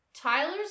Tyler's